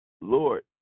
Lord